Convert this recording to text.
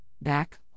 back